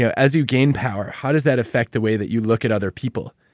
so as you gain power how does that affect the way that you look at other people?